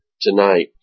tonight